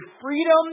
freedom